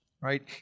right